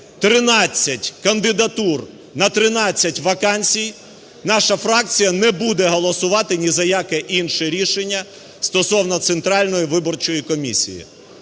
13 кандидатур на 13 вакансій, наша фракція не буде голосувати ні за яке інше рішення стосовно Центральної виборчої комісії,